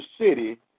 city